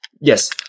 Yes